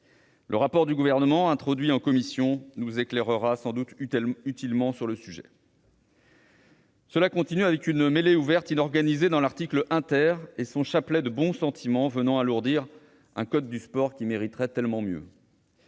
Le rapport du Gouvernement introduit en commission nous éclairera sans doute utilement sur le sujet. Cela continue, avec une mêlée ouverte inorganisée dans l'article 1 et son chapelet de bons sentiments venant alourdir un code du sport qui mériterait tellement mieux.